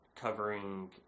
covering